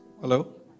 Hello